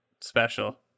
special